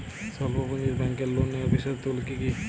স্বল্প পুঁজির ব্যাংকের লোন নেওয়ার বিশেষত্বগুলি কী কী?